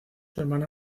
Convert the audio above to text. hermana